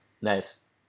Nice